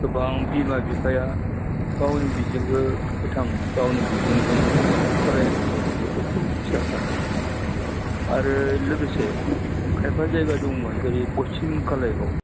गोबां बिमा बिफाया गावनि बिजोंखौ फोथांनो गावनि बिजोंजों फरायहोनो गथ'फोरखौ खोब इस्सा खालामदोंमोन आरो लोगोसे खायफा जेब्ला दंमोन जेरै पश्चिम कलाइगाव